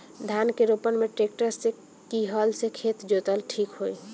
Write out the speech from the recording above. धान के रोपन मे ट्रेक्टर से की हल से खेत जोतल ठीक होई?